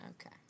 Okay